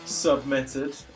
submitted